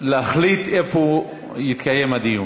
--- להחליט איפה יתקיים הדיון.